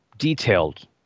Detailed